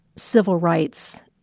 civil rights,